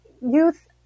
Youth